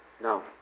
No